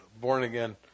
born-again